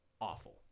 awful